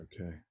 Okay